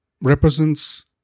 represents